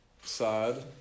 Side